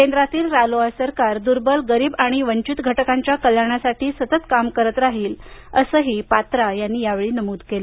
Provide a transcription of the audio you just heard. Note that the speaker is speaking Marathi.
केंद्रातील रालोआ सरकार दुर्बल गरीब आणि वंचित घटकांच्या कल्याणासाठी काम करत राहील असंही पात्रा यांनी नमूद केलं